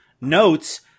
notes